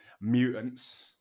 mutants